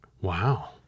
Wow